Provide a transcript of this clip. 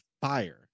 fire